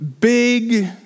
big